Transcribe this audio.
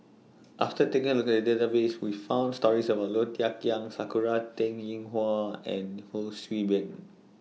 after taking A Look At The Database We found stories about Low Thia Khiang Sakura Teng Ying Hua and Ho See Beng